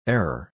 Error